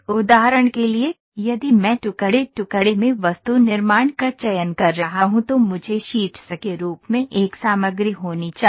उदाहरण के लिए यदि मैं टुकड़े टुकड़े में वस्तु निर्माण का चयन कर रहा हूं तो मुझे शीट्स के रूप में एक सामग्री होनी चाहिए